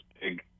big